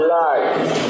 life